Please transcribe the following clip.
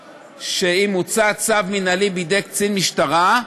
שאם הוצא צו מינהלי בידי קצין משטרה,